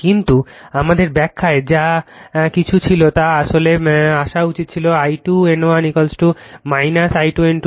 কিন্তু আমাদের ব্যাখ্যায় যা কিছু ছিল তা আসলে আসা উচিত ছিল I2 N1 I2 N2